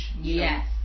yes